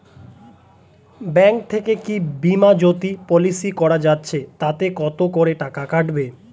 Bank থেকে কী বিমাজোতি পলিসি করা যাচ্ছে তাতে কত করে কাটবে?